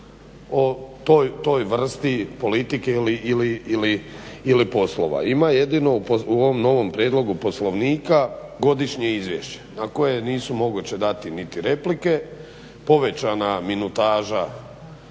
o toj vrsti politike ili poslova. Ima jedino u ovom novom prijedlogu Poslovnika godišnje izvješće, na koje nisu moguće dati niti replike, povećana minutaža